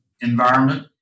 environment